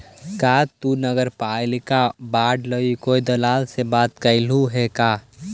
का तु नगरपालिका बॉन्ड लागी कोई दलाल से बात कयलहुं हे का?